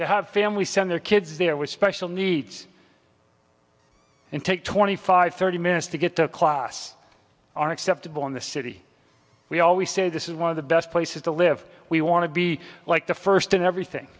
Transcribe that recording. to have family send their kids there was special needs and take twenty five thirty minutes to get to class are acceptable in the city we always say this is one of the best places to live we want to be like the first in everything